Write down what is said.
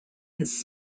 his